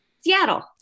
Seattle